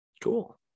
cool